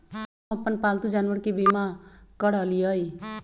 हम अप्पन पालतु जानवर के बीमा करअलिअई